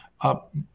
up